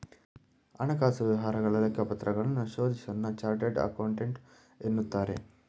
ಹಣಕಾಸು ವ್ಯವಹಾರಗಳ ಲೆಕ್ಕಪತ್ರಗಳನ್ನು ಶೋಧಿಸೋನ್ನ ಚಾರ್ಟೆಡ್ ಅಕೌಂಟೆಂಟ್ ಎನ್ನುತ್ತಾರೆ